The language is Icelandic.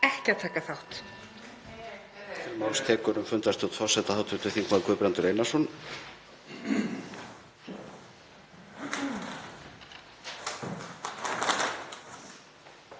ekki að taka þátt.